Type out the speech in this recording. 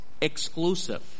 exclusive